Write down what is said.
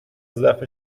ضعف